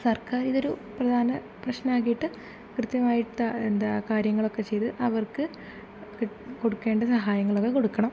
സർക്കാർ ഇതൊരു പ്രധാന പ്രശ്നമാക്കിയിട്ട് കൃത്യമായിട്ട് എന്താണ് കാര്യങ്ങളൊക്കെ ചെയ്ത് അവർക്ക് കൊടുക്കേണ്ട സഹായങ്ങളൊക്കെ കൊടുക്കണം